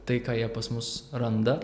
tai ką jie pas mus randa